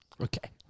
okay